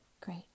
Great